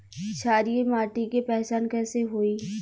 क्षारीय माटी के पहचान कैसे होई?